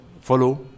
follow